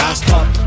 stop